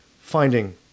finding